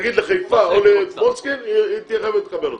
למשל, לחיפה, או למוצקין, היא לא תקבל אותה.